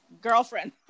girlfriend